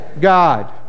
God